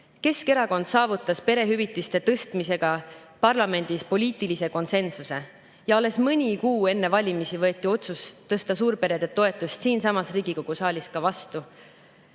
Keskerakond saavutas perehüvitiste tõstmisega parlamendis poliitilise konsensuse ja alles mõni kuu enne valimisi võeti otsus tõsta suurperede toetust siinsamas Riigikogu saalis vastu.